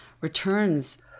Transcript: returns